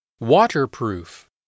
Waterproof